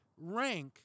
rank